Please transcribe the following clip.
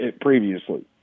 previously